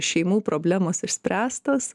šeimų problemos išspręstos